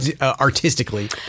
artistically